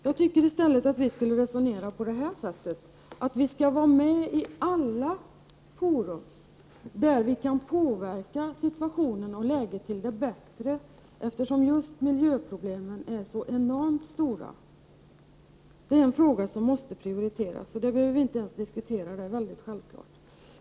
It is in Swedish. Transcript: Jag tycker i stället att vi skall ha den inställningen att vi skall vara med i alla fora där vi kan påverka situationen till 3 det bättre, eftersom just miljöproblemen är så enormt stora. Detta är en fråga som måste prioriteras. Det behöver vi inte ens diskutera, utan det är helt självklart.